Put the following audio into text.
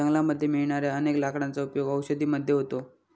जंगलामध्ये मिळणाऱ्या अनेक लाकडांचा उपयोग औषधी मध्ये होतो